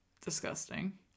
disgusting